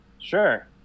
Sure